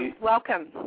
welcome